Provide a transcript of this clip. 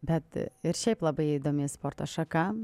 bet ir šiaip labai įdomi sporto šaka